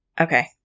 Okay